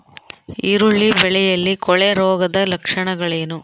ಈರುಳ್ಳಿ ಬೆಳೆಯಲ್ಲಿ ಕೊಳೆರೋಗದ ಲಕ್ಷಣಗಳೇನು?